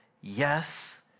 yes